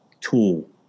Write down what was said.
tool